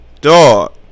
Dog